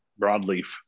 Broadleaf